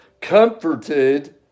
comforted